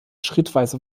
schrittweise